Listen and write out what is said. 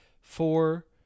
four